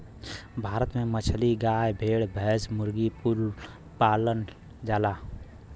भारत में मछली, गाय, भेड़, भैंस, मुर्गी कुल पालल जाला